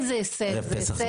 זה הישג.